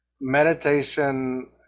meditation